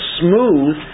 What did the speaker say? smooth